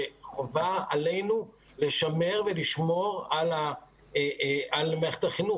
וחובה עלינו לשמר ולשמור על מערכת החינוך,